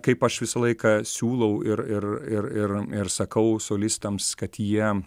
kaip aš visą laiką siūlau ir ir ir ir ir sakau solistams kad jie